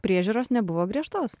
priežiūros nebuvo griežtos